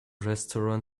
restaurant